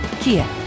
Kia